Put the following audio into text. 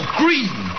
green